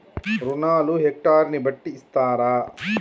రుణాలు హెక్టర్ ని బట్టి ఇస్తారా?